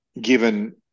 given –